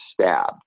stabbed